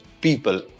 people